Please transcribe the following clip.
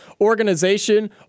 organization